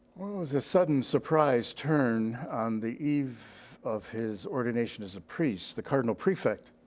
was a sudden surprise turn. on the eve of his ordination as a priest, the cardinal prefect,